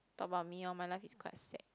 talk about me orh my life is quite sad